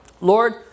Lord